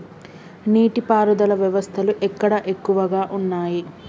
నీటి పారుదల వ్యవస్థలు ఎక్కడ ఎక్కువగా ఉన్నాయి?